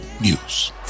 news